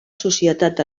societat